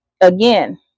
again